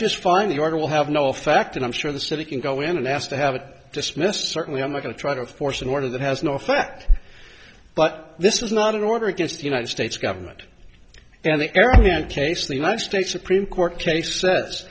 just fine the order will have no effect and i'm sure the city can go in and ask to have it dismissed certainly i'm going to try to force an order that has no effect but this was not an order against the united states government and the arrogant case of the united states supreme court case sets